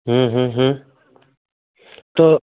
तो